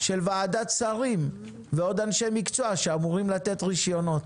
של וועדת שרים ועוד אנשי מקצוע שאמורים לתת רישיונות,